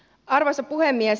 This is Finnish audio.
arvoisa puhemies